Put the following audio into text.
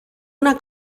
una